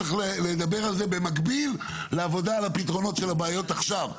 צריך לדבר על זה במקביל לעבודה על הפתרונות של הבעיות עכשיו.